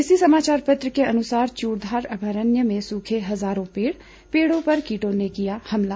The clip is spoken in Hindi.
इसी समाचार पत्र के अनुसार चूड़धार अभयारण्य में सूखे हजारों पेड़ पेड़ों पर कीटों ने किया हमला